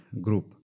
group